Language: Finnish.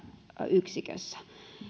yksikössä